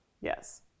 Yes